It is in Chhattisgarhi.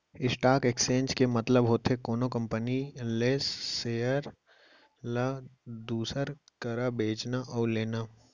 स्टॉक एक्सचेंज के मतलब होथे कोनो कंपनी के लेय सेयर ल दूसर करा बेचना अउ लेना